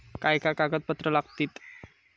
काय काय कागदपत्रा लागतील?